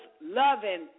loving